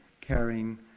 carrying